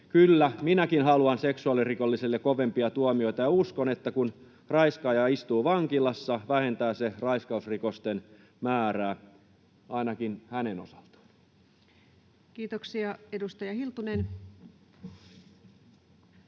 Kyllä, minäkin haluan seksuaalirikollisille kovempia tuomioita ja uskon, että kun raiskaaja istuu vankilassa, vähentää se raiskausrikosten määrää ainakin hänen osaltaan. [Speech 331] Speaker: